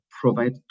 provide